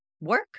work